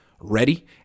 ready